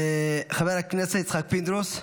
חבר הכנסת יצחק פינדרוס,